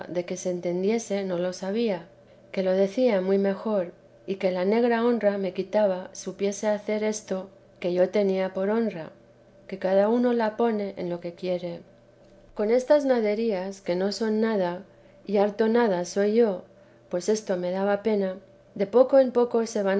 de que se entendiese no lo sabía que lo decía muy mejor y que la negra honra me quitaba supiese hacer esto que yo tenía por honra que cada uno la pone en lo que quiere con estas naderías que no son nada y harto nada soy yo pues esto me daba pena de poco en poco